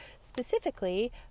specifically